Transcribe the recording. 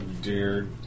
dear